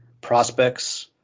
prospects –